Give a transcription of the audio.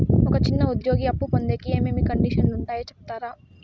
ఒక చిన్న ఉద్యోగి అప్పు పొందేకి ఏమేమి కండిషన్లు ఉంటాయో సెప్తారా?